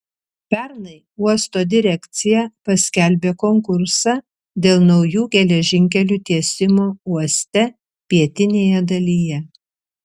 pernai uosto direkcija paskelbė konkursą dėl naujų geležinkelių tiesimo uoste pietinėje dalyje